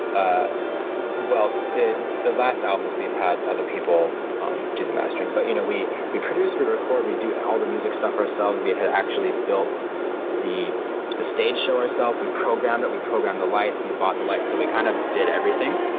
ah the the last albums we've had other people um do the mastering. but you know we we produce, we record, we do and all the music stuff ourselves. we had had actually built the the stage show ourselves, we programmed it, we programmed the lights, we bought the lights, so we kind of did everything.